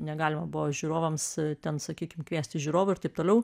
negalima buvo žiūrovams ten sakykim kviesti žiūrovų ir taip toliau